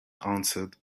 answered